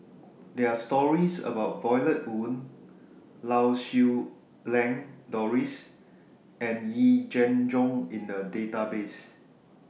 There Are stories about Violet Oon Lau Siew Lang Doris and Yee Jenn Jong in The Database